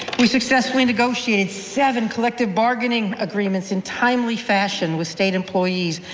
we successfully negotiated seven collective bargaining agreements in timely fashion with state employees,